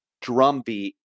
drumbeat